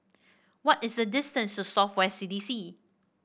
what is the distance to South West C D C